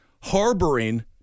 harboring